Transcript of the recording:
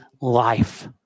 life